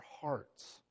hearts